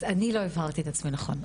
אז לא הבהרתי את עצמי נכון.